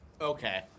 Okay